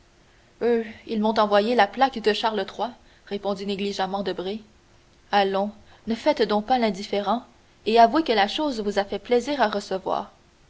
ils m'ont envoyé la plaque de charles iii répondit négligemment debray allons ne faites donc pas l'indifférent et avouez que la chose vous a fait plaisir à recevoir